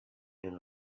این